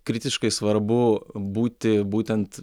kritiškai svarbu būti būtent